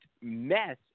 mess